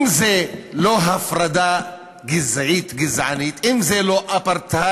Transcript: אם זה לא הפרדה גזעית-גזענית, אם זה לא אפרטהייד,